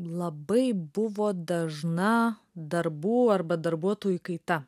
labai buvo dažna darbų arba darbuotojų kaita